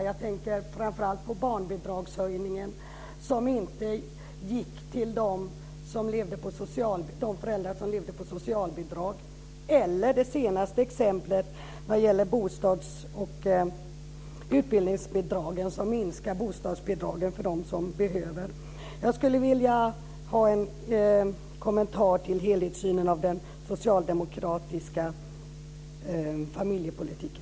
Jag tänker framför allt på barnbidragshöjningen som inte gick till de föräldrar som levde på socialbidrag eller på det senaste exemplet vad gäller bostads och utbildningsbidragen som minskar bostadsbidragen för dem som bäst behöver. Jag skulle vilja ha en kommentar till helhetssynen på den socialdemokratiska familjepolitiken.